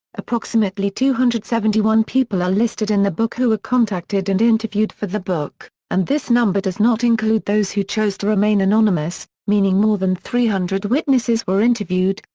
approximately two hundred and seventy one people are listed in the book who were contacted and interviewed for the book, and this number does not include those who chose to remain anonymous, meaning more than three hundred witnesses were interviewed,